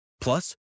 Plus